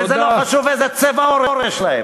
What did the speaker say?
ולא חשוב איזה צבע עור יש להם.